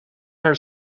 her